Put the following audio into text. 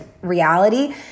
reality